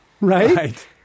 Right